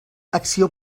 acció